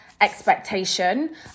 expectation